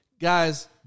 Guys